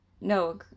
No